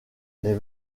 les